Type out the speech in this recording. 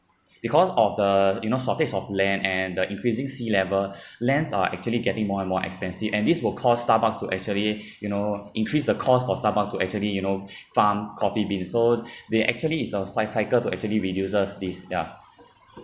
because of the you know shortage of land and the increasing sea level lands are actually getting more and more expensive and this will cost Starbucks to actually you know increase the cost of Starbucks to actually you know farm coffee bean so they actually is cy~ cycle to actually reduces this ya